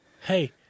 Hey